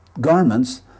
garments